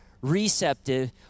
receptive